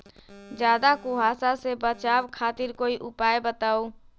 ज्यादा कुहासा से बचाव खातिर कोई उपाय बताऊ?